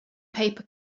paper